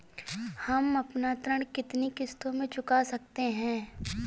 हम अपना ऋण कितनी किश्तों में चुका सकते हैं?